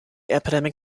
epidemic